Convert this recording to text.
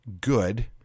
good